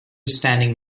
standing